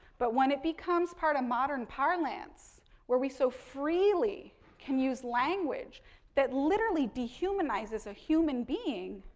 but, when it becomes part of modern parlance where we so freely can use language that literally dehumanizes a human being